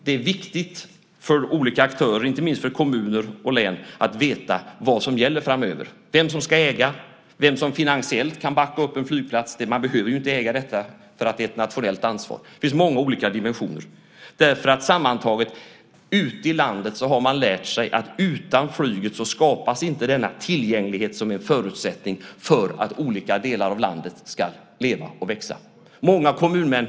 Det är viktigt för olika aktörer, inte minst för kommuner och län, att veta vad som gäller framöver - vem som ska äga, vem som finansiellt kan backa upp en flygplats. Man behöver ju inte äga detta för att det är ett nationellt ansvar. Det finns många olika dimensioner. Sammantaget har man ute i landet lärt sig att denna tillgänglighet, som är en förutsättning för att olika delar ska leva och växa, inte skapas utan flyget.